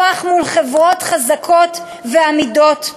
כוח מול חברות חזקות ועמידות.